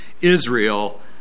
Israel